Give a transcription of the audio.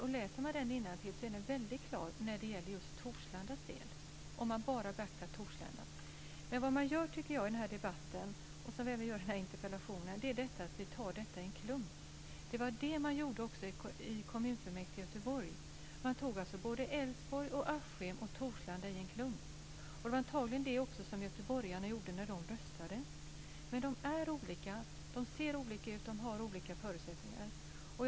Läser man utredningen innantill ser man det väldigt klart när det gäller Torslanda, om man bara beaktar Torslanda. Vad man gör i debatten är att man tar detta i en klump. Det var det man gjorde också i kommunfullmäktige i Göteborg. Man tog Älvsborg, Askim och Torslanda i en klump. Det var antagligen vad göteborgarna också gjorde när de röstade. Men de är olika, ser olika ut, har olika förutsättningar.